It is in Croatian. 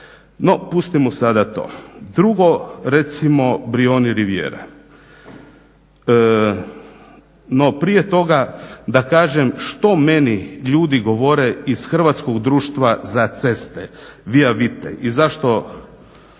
No, pustimo sada to. Drugo, recimo Brijuni riviera. No, prije toga da kažem što meni ljudi govore iz Hrvatskog društva za ceste "Via vitae" i zašto